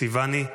סיוני?